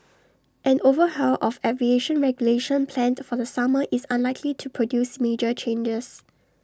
an overhaul of aviation regulation planned for the summer is unlikely to produce major changes